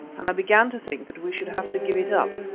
and i began to think that we should have to give it up,